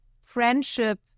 friendship